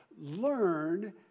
Learn